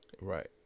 right